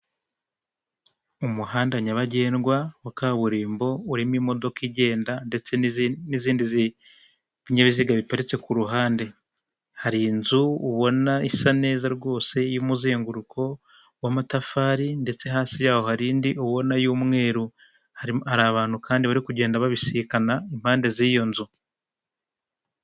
Umuhanda nyabagendwa wa kaburimbo, urimo imodoka igenda ndetse n'izindi z'ibinyabiziga biparitse ku ruhande. Hari inzu ubona isa neza rwose y'umuzenguruko w'amatafari ndetse hasi yaho hari indi ubona y'umweru, hari abantu kandi bari kugenda babisikana impande z'iyo nzu.